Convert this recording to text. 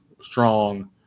strong